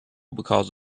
because